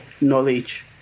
knowledge